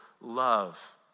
love